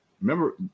Remember